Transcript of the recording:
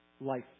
life